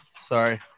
sorry